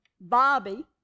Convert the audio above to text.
Bobby